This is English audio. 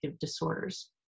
disorders